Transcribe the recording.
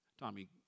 Tommy